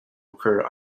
occur